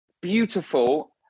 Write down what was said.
beautiful